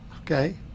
okay